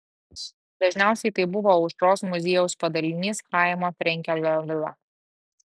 dažniausiai tai buvo aušros muziejaus padalinys chaimo frenkelio vila